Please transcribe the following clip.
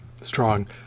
strong